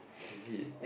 is it